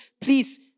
please